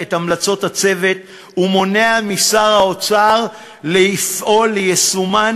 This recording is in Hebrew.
את המלצות הצוות ומונע משר האוצר לפעול ליישומן,